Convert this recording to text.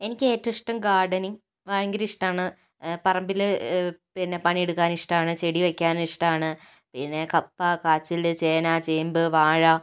എനിക്ക് ഏറ്റവും ഇഷ്ടം ഗാർഡർണിങ് ഭയങ്കര ഇഷ്ടമാണ് പറമ്പിൽ പിന്നെ പണിയെടുക്കാൻ ഇഷ്ടമാണ് ചെടി വെക്കാൻ ഇഷ്ടമാണ് പിന്നെ കപ്പ കാച്ചിൽ ചേന ചേമ്പ് വാഴ